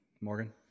Morgan